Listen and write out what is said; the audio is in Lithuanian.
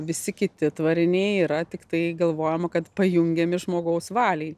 visi kiti tvariniai yra tiktai galvojama kad pajungiami žmogaus valiai